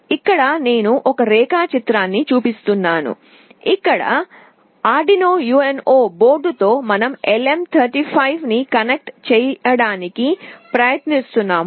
ఇక్కడ నేను ఒక రేఖాచిత్రాన్ని చూపిస్తున్నాను ఇక్కడ ఆర్డునో UNO బోర్డుతో మనం LM35 ని కనెక్ట్ చేయడానికి ప్రయత్నిస్తున్నాము